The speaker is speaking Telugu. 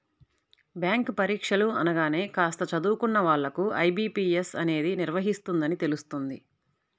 బ్యాంకు పరీక్షలు అనగానే కాస్త చదువుకున్న వాళ్ళకు ఐ.బీ.పీ.ఎస్ అనేది నిర్వహిస్తుందని తెలుస్తుంది